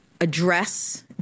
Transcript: address